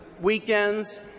weekends